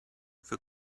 für